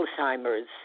Alzheimer's